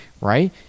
right